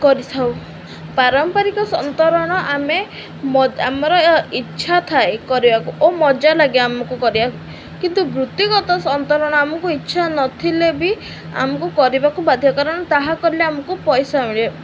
କରିଥାଉ ପାରମ୍ପାରିକ ସନ୍ତରଣ ଆମେ ଆମର ଇଚ୍ଛା ଥାଏ କରିବାକୁ ଓ ମଜା ଲାଗେ ଆମକୁ କରିବାକୁ କିନ୍ତୁ ବୃତ୍ତିଗତ ସନ୍ତରଣ ଆମକୁ ଇଚ୍ଛା ନଥିଲେ ବି ଆମକୁ କରିବାକୁ ବାଧ୍ୟ କାରଣ ତାହା କଲେ ଆମକୁ ପଇସା ମିଳେ